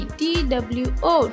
two